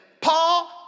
Paul